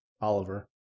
Oliver